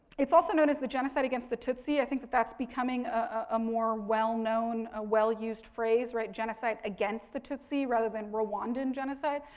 it's also known as the genocide against the tutsi. i think that that's becoming a more well known, or ah well used phrase, right, genocide against the tutsi, rather than rwandan genocide.